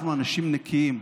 אנחנו אנשים נקיים.